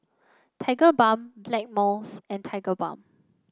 Tigerbalm Blackmores and Tigerbalm